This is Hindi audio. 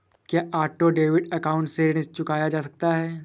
क्या ऑटो डेबिट अकाउंट से ऋण चुकाया जा सकता है?